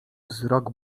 wzrok